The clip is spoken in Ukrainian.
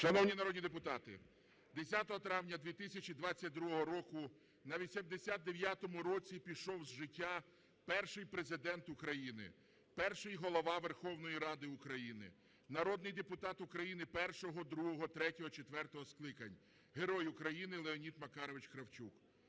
Шановні народні депутати, 10 травня 2022 року на 89-му році пішов з життя перший Президент України, перший Голова Верховної Ради України, народний депутат України першого, другого, третього, четвертого скликань, Герой України Леонід Макарович Кравчук.